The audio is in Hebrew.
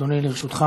אדוני, לרשותך,